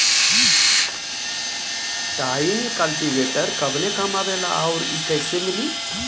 Tine cultivator कवने काम आवेला आउर इ कैसे मिली?